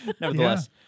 Nevertheless